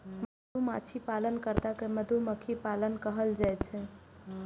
मधुमाछी पालन कर्ता कें मधुमक्खी पालक कहल जाइ छै